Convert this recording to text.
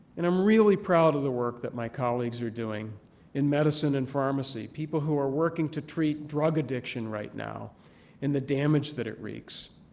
and i'm really proud of the work that my colleagues are doing in medicine and pharmacy, people who are working to treat drug addiction right now and the damage that it wreaks.